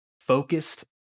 focused